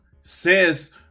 says